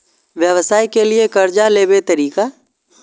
व्यवसाय के लियै कर्जा लेबे तरीका?